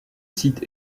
site